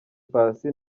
paccy